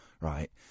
Right